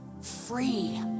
free